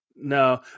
No